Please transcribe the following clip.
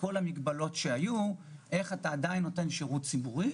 כל המגבלות שהיו ולהמשיך לתת את השירות הציבורי